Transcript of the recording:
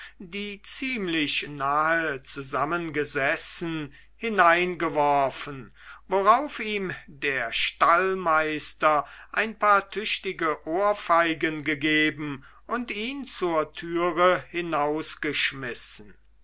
die ziemlich nahe zusammen gesessen hineingeworfen worauf ihm der stallmeister ein paar tüchtige ohrfeigen gegeben und ihn zur türe